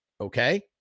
Okay